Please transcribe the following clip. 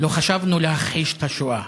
לא חשבנו להכחיש את השואה.